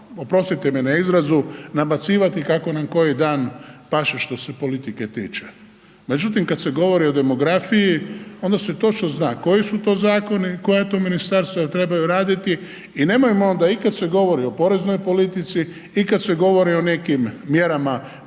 oprostite mi na izrazu, nabacivati kako nam koji dan paše što se politike tiče. Međutim, kad se govori o demografiji onda se točno zna koji su to zakoni, koja to ministarstva trebaju raditi i nemojmo onda i kad se govori i poreznoj politici i kad se govori o nekim mjerama potpore